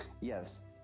Yes